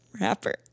rapper